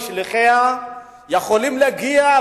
ושליחיה יכולים להגיע,